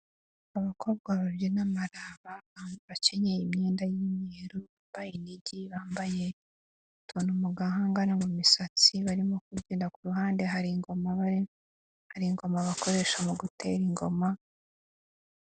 Abakobwa babyina amaraba bakenyeye imyenda y'imyeru n'ibinigi, bambaye utuntu mu gahanga mu misatsi, barimo kugenda ku ruhande hari ingoma hari ingoma bakoresha mu gutera ingoma.